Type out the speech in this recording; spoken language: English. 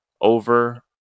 over